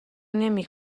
نمی